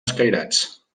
escairats